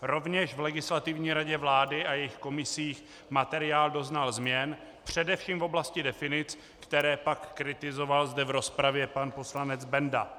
Rovněž v Legislativní radě vlády a jejích komisích materiál doznal změn především v oblasti definic, které pak kritizoval zde v rozpravě pan poslanec Benda.